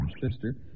sister